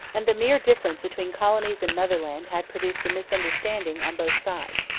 and the mere difference between colonies and motherland had produced misunderstandings on both sides.